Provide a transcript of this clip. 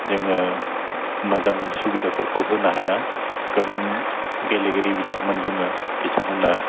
जोङो मोजां सुबिदाफोरखौ होनो हाया गोबां गेलेगिरि बिथांमोन दङ बिथांमोना